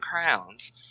crowns